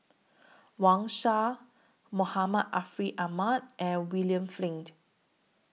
Wang Sha Muhammad Ariff Ahmad and William Flint